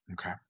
Okay